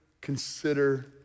consider